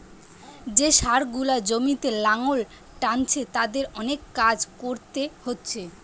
যে ষাঁড় গুলা জমিতে লাঙ্গল টানছে তাদের অনেক কাজ কোরতে হচ্ছে